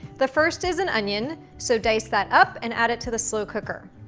the first is an onion, so dice that up and add it to the slow cooker.